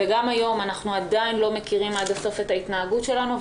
גם היום אנחנו עדיין לא מכירים עד הסוף את ההתנהגות שלנו,